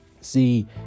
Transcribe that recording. See